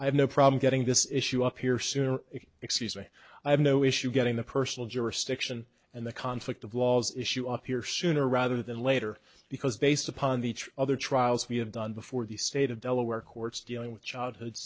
i have no problem getting the issue up here sooner if you excuse me i have no issue getting the personal jurisdiction and the conflict of laws issue up here sooner rather than later because based upon the each other trials we have done before the state of delaware courts dealing with childhood